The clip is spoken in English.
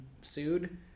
sued